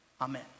Amen